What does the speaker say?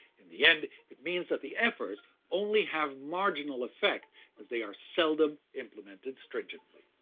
in the end it means that the efforts only have marginal effect as they are seldom implemented stringently.